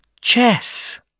chess